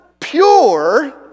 Pure